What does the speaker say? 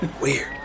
Weird